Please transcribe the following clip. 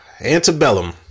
Antebellum